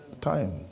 Time